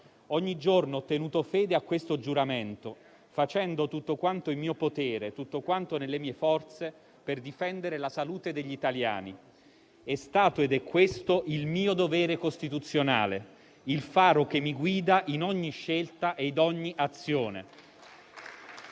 Ogni giorno ho tenuto fede a questo giuramento, facendo tutto quanto in mio potere, tutto quanto nelle mie forze, per difendere la salute degli italiani. È stato ed è questo il mio dovere costituzionale, il faro che mi guida in ogni scelta e in ogni azione